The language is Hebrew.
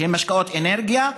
שהם משקאות אנרגיה,